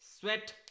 sweat